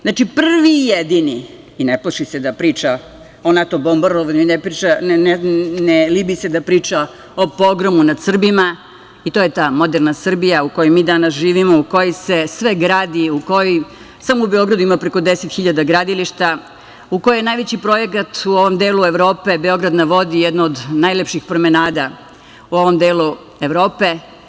Znači, prvi i jedini i ne plaši se da priča o NATO bombardovanju i ne libi se da priča o pogromu nad Srbima i to je ta moderna Srbija u kojoj mi danas živimo, u kojoj se sve gradi, u kojoj samo u Beogradu ima preko deset hiljada gradilišta, u kojoj najveći projekat u ovom delu Evropi, „Beograd na vodi“, jedna od najlepših promenada u ovom delu Evrope.